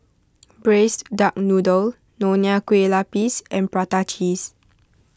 Braised Duck Noodle Nonya Kueh Lapis and Prata Cheese